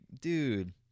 dude